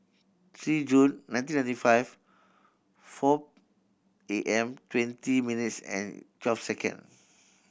three June nineteen ninety five four A M twenty minutes and twelve second